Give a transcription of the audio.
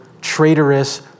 traitorous